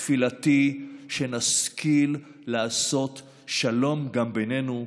תפילתי שנשכיל לעשות שלום גם בינינו,